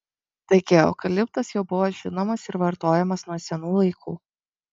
taigi eukaliptas jau buvo žinomas ir vartojamas nuo senų laikų